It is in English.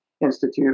Institute